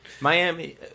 miami